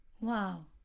Wow